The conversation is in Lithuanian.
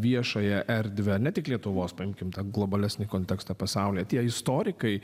viešąją erdvę ne tik lietuvos paimkim tą globalesnį kontekstą pasaulyje tie istorikai